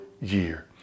year